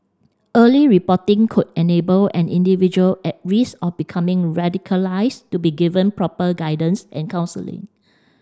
early reporting could enable an individual at risk of becoming radicalised to be given proper guidance and counselling